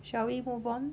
shall we move on